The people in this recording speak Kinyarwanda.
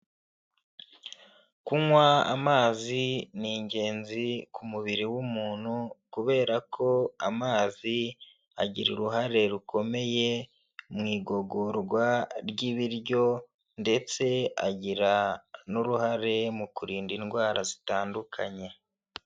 Kunywa amazi ni ingenzi ku mubiri w'umuntu kubera ko amazi agira uruhare rukomeye mu igogorwa ry'ibiryo ndetse agira n'uruhare mu kurinda indwara zitandukanye.